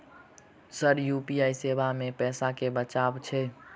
Sir UPI सेवा मे पैसा केँ बचाब छैय?